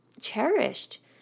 cherished